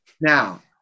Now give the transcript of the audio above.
Now